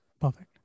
Perfect